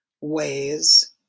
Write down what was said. ways